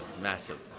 massive